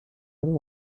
other